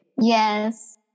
Yes